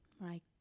Right